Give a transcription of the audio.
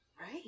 Right